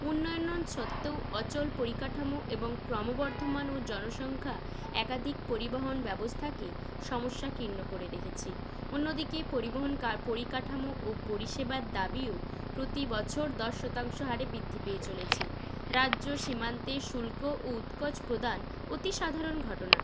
উন্নয়নন সত্ত্বেও অচল পরিকাঠামো এবং ক্রমবর্ধমানও জনসংখ্যা একাদিক পরিবহন ব্যবস্থাকে সমস্যাকীর্ণ করে রেখেছে অন্য দিকেই পরিবহন কা পরিকাঠামো ও পরিষেবার দাবিও প্রতি বছর দশ শতাংশ হারে বৃদ্ধি পেয়ে চলেছে রাজ্য সীমান্তে শুল্ক ও উৎকোচ প্রদান অতি সাধারণ ঘটনা